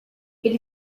ele